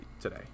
today